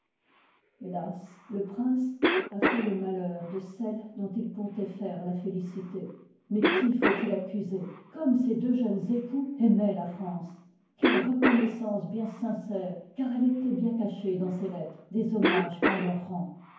hélas le prince a fait le malheur de celle dont il comptoit faire la félicité mais qui faut il accuser comme ces deux jeunes époux aimoient la france quelle reconnoissance bien sincère car elle étoit bien cachée dans ces lettres des hommages qu'on leur rend